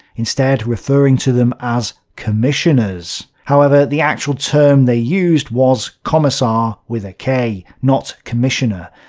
instead, referring to them as commissioners. however, the actual term they used was kommissar with a k not commissioner.